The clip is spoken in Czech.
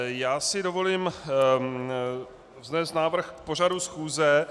Já si dovolím vznést návrh k pořadu schůze.